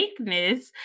fakeness